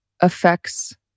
affects